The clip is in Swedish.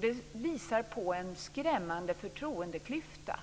Det visar på en skrämmande förtroendeklyfta.